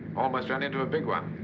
almost ran into a big one.